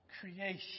creation